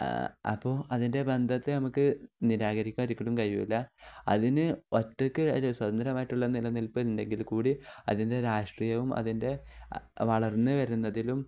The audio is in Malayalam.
അപ്പോ അതിൻ്റെ ബന്ധത്തെ നമുക്ക് നിരാകരിക്കാൻ ഒരിക്കലും കഴിയില്ല അതിന് ഒറ്റയ്ക്ക് സ്വതന്ത്രമായിട്ടുള്ള നിലനിൽപ്പുണ്ടെങ്കിൽ കൂടി അതിൻ്റെ രാഷ്ട്രീയവും അതിൻ്റെ വളർന്നു വരുന്നതിലും